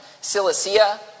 Cilicia